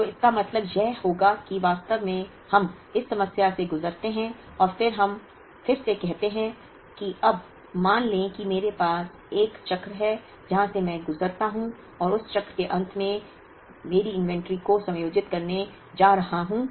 तो इसका मतलब यह होगा कि हम वास्तव में इस समस्या से गुजरते हैं और हम फिर से कहते हैं कि अब मान लें कि मेरे पास 1 चक्र है जहां से मैं गुजरता हूं और उस चक्र के अंत में मैं सूची को समायोजित करने जा रहा हूं